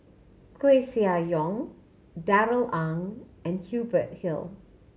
Koeh Sia Yong Darrell Ang and Hubert Hill